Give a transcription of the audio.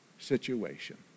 situation